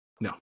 No